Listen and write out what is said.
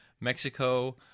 Mexico